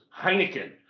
Heineken